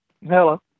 Hello